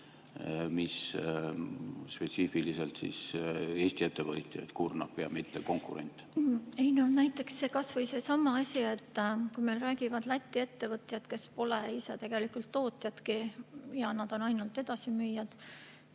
mis spetsiifiliselt just Eesti ettevõtjaid kurnab ja konkurente mitte? Näiteks kas või seesama asi, et kui meile räägivad Läti ettevõtjad, kes pole ise tegelikult tootjadki ja nad on ainult edasimüüjad